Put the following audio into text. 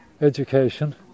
education